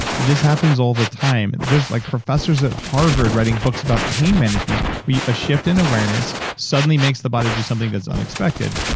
this happens all the time. there's like professors at harvard writing books about pain management, where a shift in awareness suddenly makes the body do something that's unexpected.